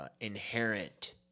inherent